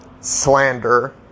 slander